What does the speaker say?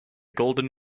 golden